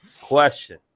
Question